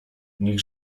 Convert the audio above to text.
niech